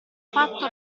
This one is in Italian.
fatto